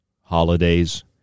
holidays